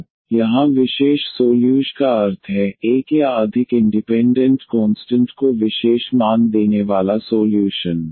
तो यहाँ विशेष सोल्यूशन का अर्थ है एक या अधिक इंडिपेंडेंट कोंस्टंट को विशेष मान देने वाला सोल्यूशन